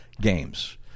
games